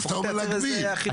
לפחות תן לו איזו אחידות.